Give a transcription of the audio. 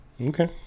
Okay